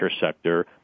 sector